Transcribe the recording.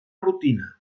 rutina